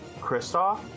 Kristoff